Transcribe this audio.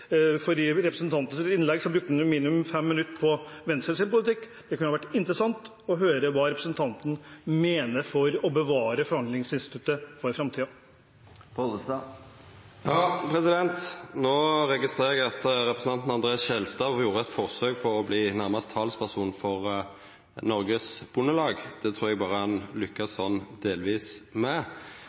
for i representantens innlegg brukte han minimum fem minutt på Venstres politikk. Det kunne være interessant å høre hva representanten mener skal til for å bevare forhandlingsinstituttet for framtiden. Eg registrerer at representanten André N. Skjelstad no gjorde eit forsøk på nærmast å verta talsperson for Norges Bondelag. Det trur eg berre han lukkast sånn delvis med.